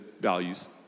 values